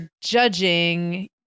judging